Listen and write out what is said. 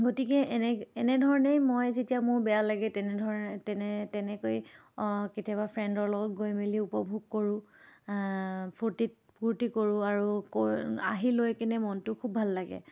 গতিকে এনে এনেধৰণেই মই যেতিয়া মোৰ বেয়া লাগে তেনেধৰণে তেনে তেনেকৈ কেতিয়াবা ফ্ৰেণ্ডৰ লগত গৈ মেলি উপভোগ কৰোঁ ফূৰ্তিত ফূৰ্তি কৰোঁ আৰু ক আহি লৈ কিনে মনটো খুব ভাল লাগে